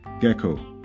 gecko